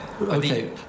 Okay